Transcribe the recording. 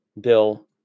Bill